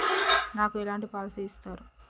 నాకు ఎలాంటి పాలసీ ఇస్తారు?